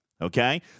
okay